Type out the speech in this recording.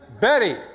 Betty